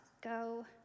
go